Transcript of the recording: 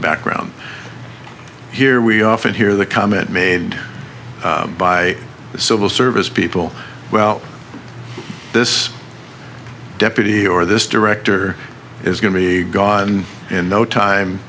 background here we often hear the comment made by the civil service people well this deputy or this director is going to be gone in no time